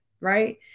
right